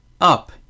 up